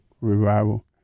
revival